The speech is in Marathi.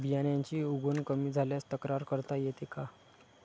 बियाण्यांची उगवण कमी झाल्यास तक्रार करता येते का?